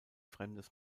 fremdes